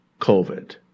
COVID